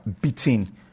beating